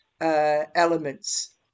elements